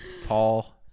tall